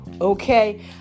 okay